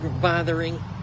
bothering